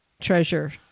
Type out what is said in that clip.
treasure